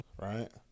right